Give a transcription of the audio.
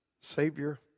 Savior